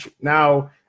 now